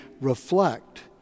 reflect